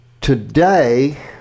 today